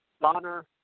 Bonner